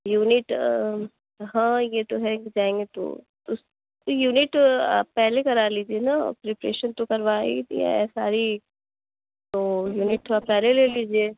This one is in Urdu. یونٹ ہاں یہ تو ہے کہ جائیں گے تو یونٹ پہلے کرا لیجیے نہ آپ پریپریشن تو کروا ہی دیا ہے ساری تو یونٹ تو آپ پہلے لے لیجیے